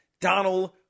Donald